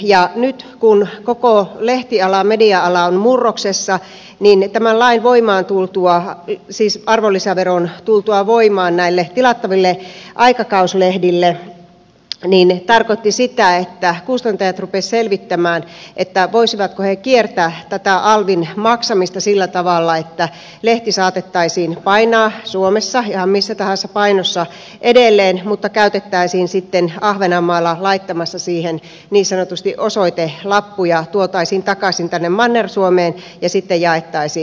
ja nyt kun koko lehtiala media ala on murroksessa tämän lain voimaantulo siis arvonlisäveron voimaantulo näille tilattaville aikakauslehdille tarkoitti sitä että kustantajat rupesivat selvittämään voisivatko he kiertää tätä alvin maksamista sillä tavalla että lehti saatettaisiin painaa suomessa ihan missä tahansa painossa edelleen mutta käytettäisiin sitten ahvenanmaalla laitettaisiin siihen niin sanotusti osoitelappuja tuotaisiin takaisin tänne manner suomeen ja sitten jaettaisiin